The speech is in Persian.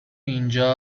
اینجا